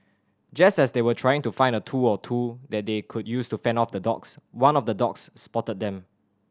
just as they were trying to find a tool or two that they could use to fend off the dogs one of the dogs spotted them